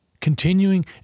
continuing